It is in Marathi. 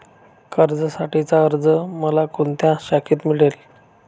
कर्जासाठीचा अर्ज मला कोणत्या शाखेत मिळेल?